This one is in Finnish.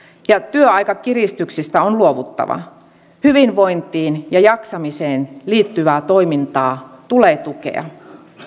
ja työaikakiristyksistä on luovuttava hyvinvointiin ja jaksamiseen liittyvää toimintaa tulee tukea